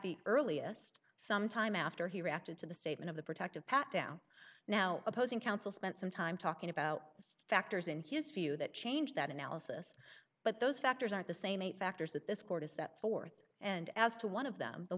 the earliest some time after he reacted to the statement of the protective pat down now opposing counsel spent some time talking about factors in his view that change that analysis but those factors are the same eight factors that this court is set forth and as to one of them the